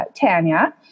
Tanya